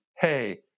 hey